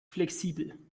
flexibel